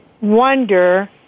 wonder